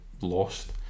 lost